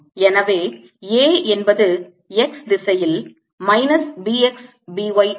எனவே A என்பது x திசையில் minus B x B y ஆகும்